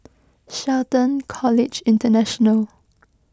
Shelton College International